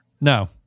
No